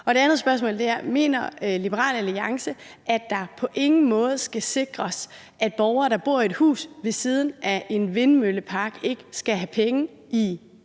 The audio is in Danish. Mener Liberal Alliance, at det på ingen måde skal sikres, at borgere, der bor i et hus ved siden af en vindmøllepark, skal have penge i